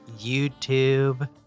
YouTube